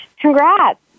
congrats